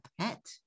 pet